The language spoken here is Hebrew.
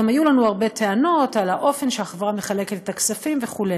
היו לנו גם הרבה טענות על האופן שהחברה מחלקת את הכספים וכו'.